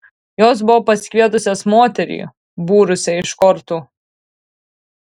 jos buvo pasikvietusios moterį būrusią iš kortų